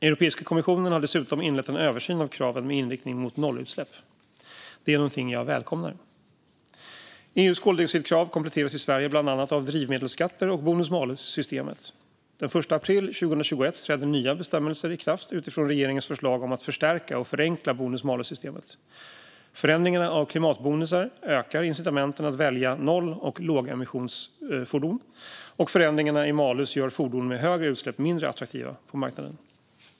Europeiska kommissionen har dessutom inlett en översyn av kraven med inriktning mot nollutsläpp. Det är någonting jag välkomnar. EU:s koldioxidkrav kompletteras i Sverige bland annat av drivmedelsskatter och bonus-malus-systemet. Den 1 april 2021 träder nya bestämmelser i kraft utifrån regeringens förslag om att förstärka och förenkla bonus-malus-systemet. Förändringarna av klimatbonusar ökar incitamenten att välja noll och lågemissionsfordon, och förändringarna i malus gör fordon med högre utsläpp mindre attraktiva på marknaden.